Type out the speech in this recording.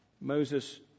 Moses